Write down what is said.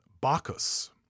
Bacchus